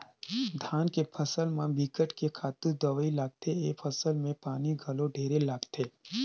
धान के फसल म बिकट के खातू दवई लागथे, ए फसल में पानी घलो ढेरे लागथे